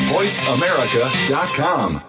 VoiceAmerica.com